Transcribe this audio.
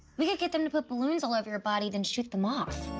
we could get them to put balloons all over your body, then shoot them off.